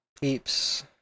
Peeps